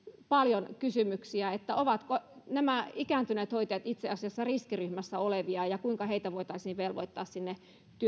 paljon kysymyksiä että ovatko nämä ikääntyneet hoitajat itse asiassa riskiryhmässä olevia ja kuinka heitä voitaisiin velvoittaa sinne